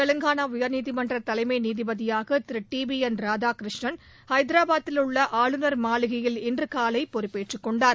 தெலங்கானா உயர்நீதிமன்ற தலைமை நீதிபதியாக Thiru T B N Radhakrishnan ஐதராபாதில் உள்ள ஆளுநர் மாளிகையில் இன்று காலை பொறுப்பேற்றுக் கொண்டார்